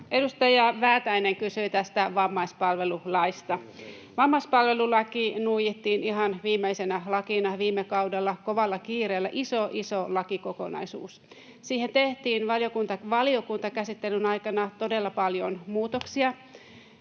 Edustaja Väätäinen kysyi tästä vammaispalvelulaista. Vammaispalvelulaki nuijittiin ihan viimeisenä lakina viime kaudella — kovalla kiireellä iso, iso lakikokonaisuus. Siihen tehtiin valiokuntakäsittelyn aikana todella paljon muutoksia,